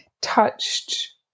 touched